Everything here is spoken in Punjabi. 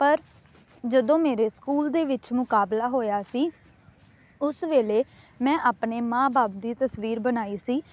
ਪਰ ਜਦੋਂ ਮੇਰੇ ਸਕੂਲ ਦੇ ਵਿੱਚ ਮੁਕਾਬਲਾ ਹੋਇਆ ਸੀ ਉਸ ਵੇਲੇ ਮੈਂ ਆਪਣੇ ਮਾਂ ਬਾਪ ਦੀ ਤਸਵੀਰ ਬਣਾਈ ਸੀ